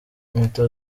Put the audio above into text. leta